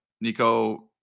Nico